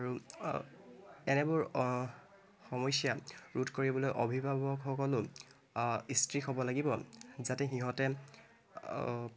আৰু এনেবোৰ সমস্যাত ৰোধ কৰিবলৈ অভিভাৱকসকলো ষ্ট্ৰিক্ট হ'ব লাগিব যাতে সিহঁতে